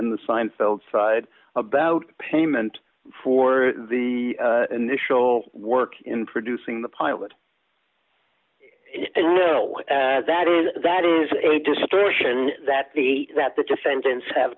and the seinfeld side about payment for the initial work in producing the pilot and i know that that is a distortion that the that the defendants have